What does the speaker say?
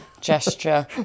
gesture